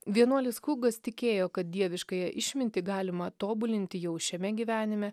vienuolis kugas tikėjo kad dieviškąją išmintį galima tobulinti jau šiame gyvenime